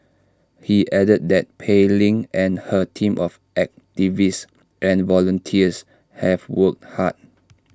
he added that Pei Ling and her team of activists and volunteers have worked hard